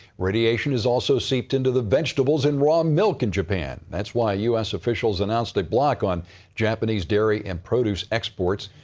radiation has also seeped into the vegetables and raw milk in japan. thats why us officials announced the block on japanese dairy and produce exports.